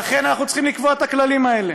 לכן אנחנו צריכים לקבוע את הכללים האלה.